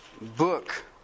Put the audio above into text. book